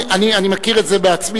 אני מכיר את זה בעצמי.